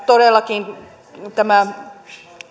todellakin tämä